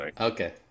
Okay